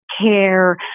care